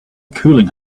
cooling